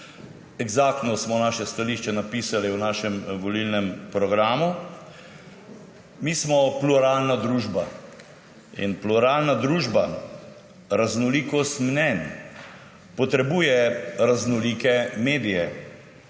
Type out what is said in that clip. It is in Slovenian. Eksaktno smo naše stališče napisali v našem volilnem programu. Mi smo pluralna družba in pluralna družba raznolikosti mnenj potrebuje raznolike medije.